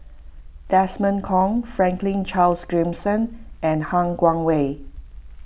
Desmond Kon Franklin Charles Gimson and Han Guangwei